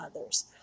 others